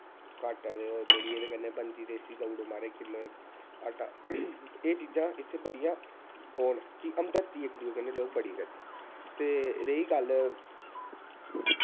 घट्ट ऐ ते कोई एह्दे कन्नै बनदी ते इसी देई ओड़ो म्हाराज किलो आटा ओह् चीज़ां इत्थें बड़ियां ओह् न की हमदर्दी बी इक दूए कन्नै बड़ी करदे ते रेही गल्ल